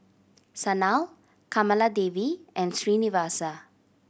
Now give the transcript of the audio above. Sanal Kamaladevi and Srinivasa